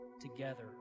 together